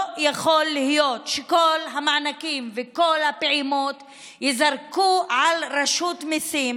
לא יכול להיות שכל המענקים וכל הפעימות ייזרקו על רשות המיסים,